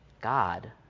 God